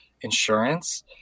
insurance